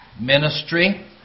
ministry